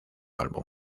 álbum